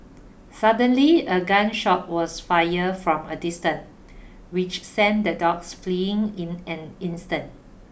suddenly a gun shot was fired from a distance which sent the dogs fleeing in an instant